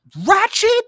Ratchet